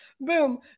boom